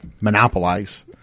monopolize